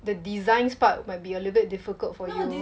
the designs part might be a little difficult for you